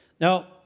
Now